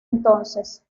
entonces